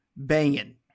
banging